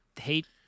hate